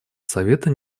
совета